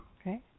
Okay